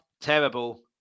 terrible